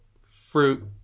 fruit